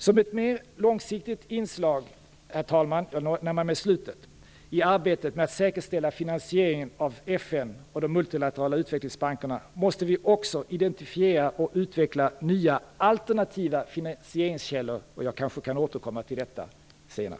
Som ett mer långsiktigt inslag i arbetet med att säkerställa finansieringen av FN och de multilaterala utvecklingsbankerna måste vi också identifiera och utveckla nya alternativa finansieringskällor.